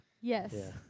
Yes